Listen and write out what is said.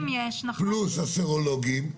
פלוס הסרולוגיים,